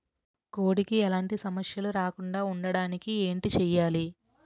కోడి కి ఎలాంటి సమస్యలు రాకుండ ఉండడానికి ఏంటి చెయాలి?